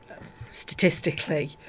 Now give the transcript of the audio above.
statistically